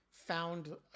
found